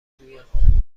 گویم